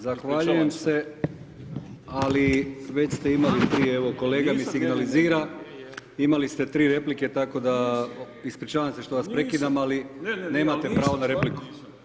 Zahvaljujem se, ali već ste imali prije, evo kolega mi signalizira, imali ste 3 replike, tako da, ispričavam se što vas prekidam, ali nemate pravo na repliku.